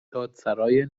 دادسرای